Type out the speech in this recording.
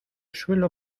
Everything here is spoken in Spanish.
suelo